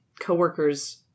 co-workers